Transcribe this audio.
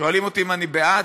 שואלים אותי אם אני בעד,